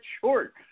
short